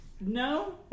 No